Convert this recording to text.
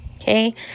Okay